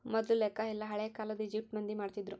ಮೊದ್ಲು ಲೆಕ್ಕ ಎಲ್ಲ ಹಳೇ ಕಾಲದ ಈಜಿಪ್ಟ್ ಮಂದಿ ಮಾಡ್ತಿದ್ರು